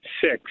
six